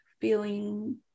feeling